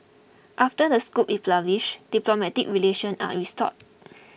after the scoop is wish diplomatic relations are restored